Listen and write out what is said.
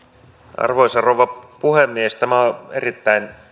arvoisa rouva puhemies tämä on erittäin